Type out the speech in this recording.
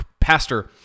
pastor